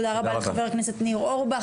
תודה רבה לחבר הכנסת ניר אורבך.